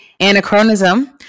anachronism